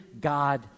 God